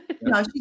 No